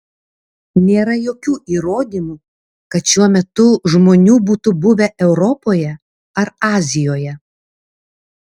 nėra jokių įrodymų kad šiuo metu žmonių būtų buvę europoje ar azijoje